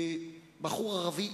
בחור ערבי,